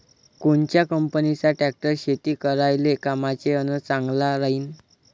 कोनच्या कंपनीचा ट्रॅक्टर शेती करायले कामाचे अन चांगला राहीनं?